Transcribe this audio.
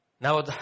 Now